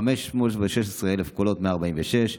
516,146 קולות,